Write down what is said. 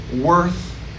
worth